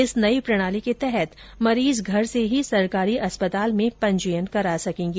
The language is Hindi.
इस नयी प्रणाली के तहत मरीज घर से ही सरकारी अस्पताल में पंजीयन करा सकेगा